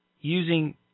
using